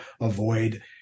avoid